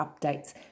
updates